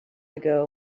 ago